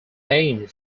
named